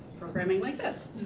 programming like this.